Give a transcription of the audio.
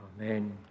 Amen